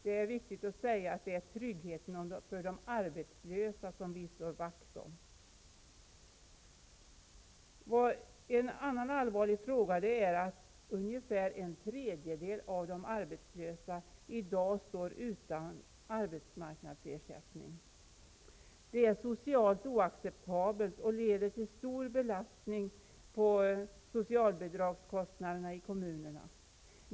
Det är viktigt att säga att det är tryggheten för de arbetslösa som vi slår vakt om. En annan allvarlig fråga handlar om att ungefär en tredjedel av de arbetslösa i dag står utan arbetsmarknadsersättning. Det är socialt oacceptabelt och leder till stor belastning på kommunerna vad gäller socialbidragskostnader.